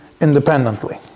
independently